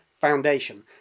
foundation